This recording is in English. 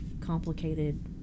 complicated